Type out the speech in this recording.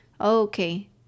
okay